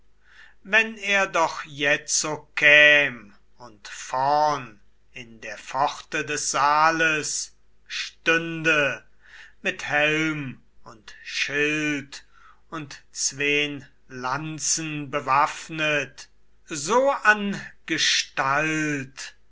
wenn er doch jetzo käm und vorn in der pforte des saales stünde mit helm und schild und zwoen lanzen bewaffnet so an gestalt